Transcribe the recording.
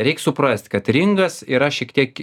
reik suprast kad ringas yra šiek tiek